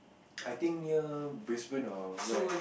I think near Brisbane or where